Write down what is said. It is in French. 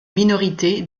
minorité